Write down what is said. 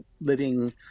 living